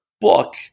book